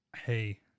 Hey